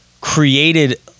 created